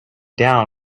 down